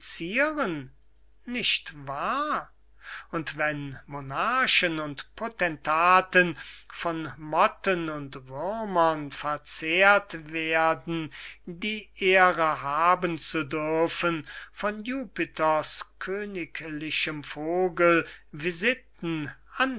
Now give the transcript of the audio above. nicht wahr und wenn monarchen und potentaten von motten und würmern verzehrt werden die ehre haben zu dürfen von jupiters königlichem vogel visiten